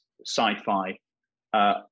sci-fi